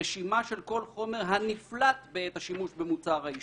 "רשימה של כל חומר הנפלט בעת השימוש במוצר העישון".